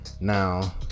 now